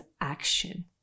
action